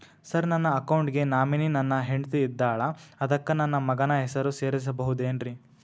Sir ನನ್ನ account ಗೆ nominee ನನ್ನ ಹೆಂಡ್ತಿ ಇದ್ದಾಳ ಅದಕ್ಕ ನನ್ನ ಮಗನ ಹೆಸರು ಸೇರಸಬಹುದೇನ್ರಿ?